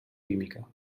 química